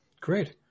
Great